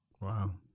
Wow